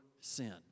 sin